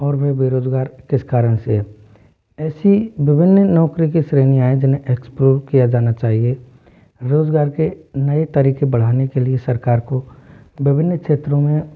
और वह बेरोज़गार किस कारण से है ऐसी विभिन्न नौकरी के श्रेणियां है जिन्हें एक्स्प्लोर किया जाना चाहिए रोज़गार के नये तरीक़े बढ़ाने के लिए सरकार को विभिन्न क्षेत्रों में